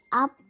up